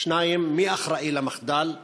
2. מי אחראי למחדל?